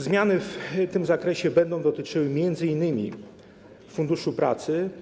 Zmiany w tym zakresie będą dotyczyły m.in. Funduszu Pracy.